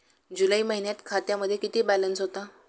जुलै महिन्यात खात्यामध्ये किती बॅलन्स होता?